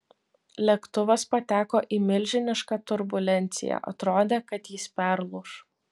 lėktuvas pateko į milžinišką turbulenciją atrodė kad jis perlūš